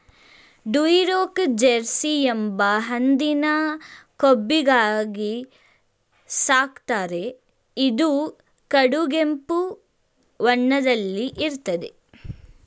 Duroc Jersey ಎಂಬ ಹಂದಿನ ಕೊಬ್ಬಿಗಾಗಿ ಸಾಕ್ತಾರೆ ಇದು ಕಡುಗೆಂಪು ಬಣ್ಣದಲ್ಲಿ ಇರ್ತದೆ